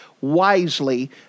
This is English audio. wisely